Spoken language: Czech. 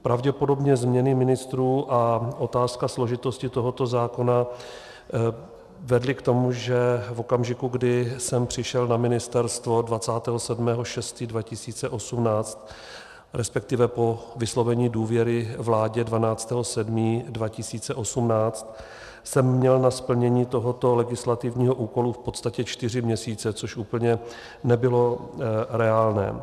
Pravděpodobně změny ministrů a otázka složitosti tohoto zákona vedly k tomu, že v okamžiku, kdy jsem přišel na ministerstvo, 27. 6. 2018, resp. po vyslovení důvěry vládě 12. 7. 2018, jsem měl na splnění tohoto legislativního úkolu v podstatě čtyři měsíce, což úplně nebylo reálné.